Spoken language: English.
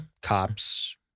cops